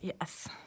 Yes